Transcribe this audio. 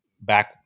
back